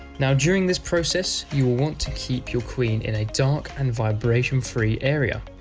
now during this process, you will want to keep your queen in a dark and vibration free area.